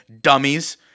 dummies